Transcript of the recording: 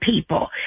people